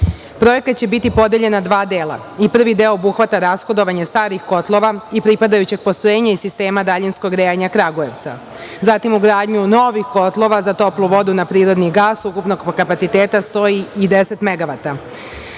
šljake. Projekat će biti podeljen na dva dela. Prvi deo obuhvata rashodovanje starih kotlova i pripadajućeg postrojenja iz sistema daljinskog grejanja Kragujevca, ugradnju novih kotlova za toplu vodu na prirodni gas, ukupnog kapaciteta 110